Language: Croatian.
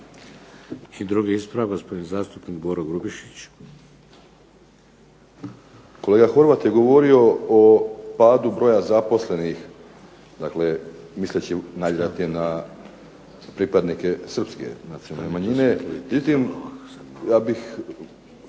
I drugi ispravak, gospodin zastupnik Boro Grubišić. **Grubišić, Boro (HDSSB)** Kolega Horvat je govorio o padu broja zaposlenih, dakle misleći najvjerojatnije na pripadnike srpske nacionalne manjine. Međutim, ja bih